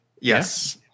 Yes